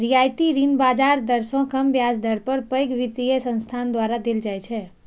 रियायती ऋण बाजार दर सं कम ब्याज दर पर पैघ वित्तीय संस्थान द्वारा देल जाइ छै